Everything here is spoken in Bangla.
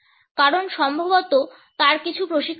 কারণ সম্ভবত তার কিছু প্রশিক্ষণ আছে